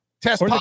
test